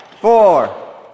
four